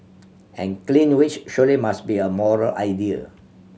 and clean wage surely must be a moral idea